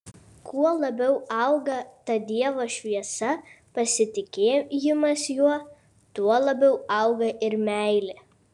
kuo labiau auga ta dievo šviesa pasitikėjimas juo tuo labiau auga ir meilė